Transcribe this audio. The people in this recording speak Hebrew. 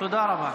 תודה רבה.